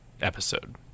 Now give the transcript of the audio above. Episode